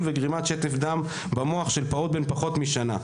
ובגרימת שטף דם במוח של פעוט בן פחות משנה.